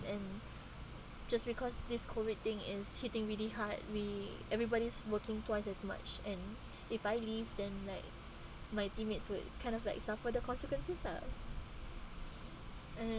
and just because this COVID thing is hitting really hard we everybody's working twice as much and if I leave then like my teammates will kind of like suffer the consequences lah mm